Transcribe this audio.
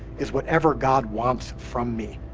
is whatever god wants from me.